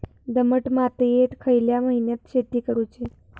दमट मातयेत खयल्या महिन्यात शेती करुची?